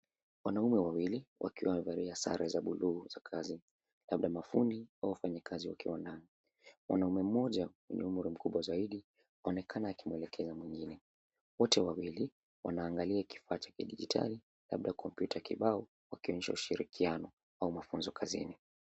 Wanaume wawili wakiwa wamevalia sare za buluu za kazi labda mafundi au wafanyikazi wa viwanda. Mwanaume mmoja mwenye umri mkubwa zaidi unaonekana akimwelekeza mwingine, wotw wawili wanaangalia kifaa cha kidijitali labda komyuta kibao wakionyesha ushirikiano au mafunzo kazini.